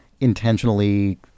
intentionally